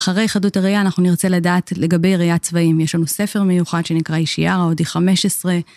אחרי חדות הראייה אנחנו נרצה לדעת לגבי ראיית צבעים. יש לנו ספר מיוחד שנקרא אישיירה או די 15.